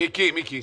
מיקי, מיקי.